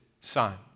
son